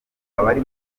abari